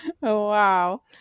wow